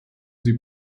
sie